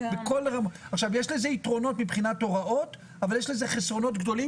יש לזה יתרונות מבחינת הוראות אבל יש לזה חסרונות גדולים